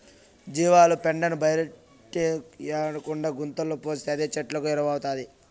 జీవాల పెండను బయటేయకుండా గుంతలో పోస్తే అదే చెట్లకు ఎరువౌతాది